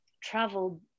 travel